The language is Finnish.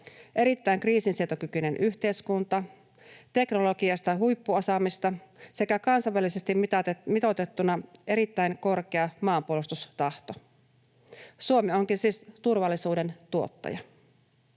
erittäin kriisinsietokykyinen yhteiskunta, teknologista huippuosaamista sekä kansainvälisesti mitoitettuna erittäin korkea maanpuolustustahto. Suomi onkin siis turvallisuuden tuottaja.